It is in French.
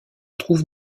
trouve